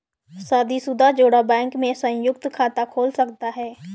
शादीशुदा जोड़ा बैंक में संयुक्त खाता खोल सकता है